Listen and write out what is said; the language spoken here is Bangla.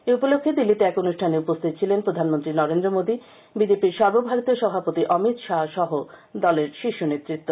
এই উপলক্ষে দিল্লিতে এক অনুষ্ঠানে উপস্হিত ছিলেন প্রধানমন্ত্রী নরেন্দ্র মোদী বিজেপির সর্বভারতীয় সভাপতি অমিত শাহ সহ দলের শীর্ষ নেতৃত্ব